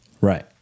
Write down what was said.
Right